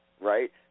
right